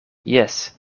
jes